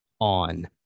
on